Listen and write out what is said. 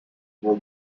were